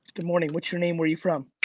good morning. what's your name? where you from?